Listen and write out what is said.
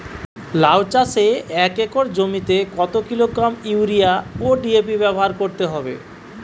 লাউ চাষে এক একর জমিতে কত কিলোগ্রাম ইউরিয়া ও ডি.এ.পি ব্যবহার করতে হবে?